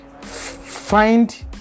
find